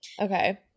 Okay